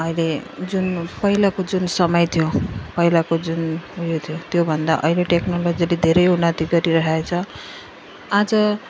अहिले जुन पहिलाको जुन समय थियो पहिलाको जुन उयो थियो त्यो भन्दा अहिले टेक्नोलोजीले धेरै उन्नति गरिराखेको छ आज